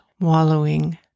wallowing